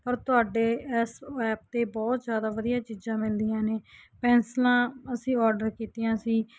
ਪਰ ਤੁਹਾਡੇ ਇਸ ਐਪ 'ਤੇ ਬਹੁਤ ਜ਼ਿਆਦਾ ਵਧੀਆ ਚੀਜ਼ਾਂ ਮਿਲਦੀਆਂ ਨੇ ਪੈਨਸਲਾਂ ਅਸੀਂ ਆਰਡਰ ਕੀਤੀਆਂ ਸੀ